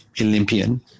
Olympian